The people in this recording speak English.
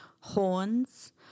horns